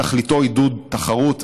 תכליתו עידוד תחרות,